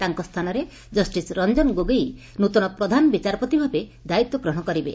ତାଙ୍କ ସ୍ଥାନରେ କଷ୍ଟିସ୍ ରଞ୍ଚନ ଗୋଗେଇ ନୃତନ ପ୍ରଧାନ ବିଚାରପତି ଭାବେ ଦାୟିତ୍ୱ ଗ୍ରହଶ କରିବେ